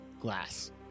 glass